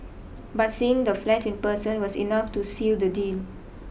but seeing the flat in person was enough to seal the deal